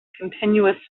continuous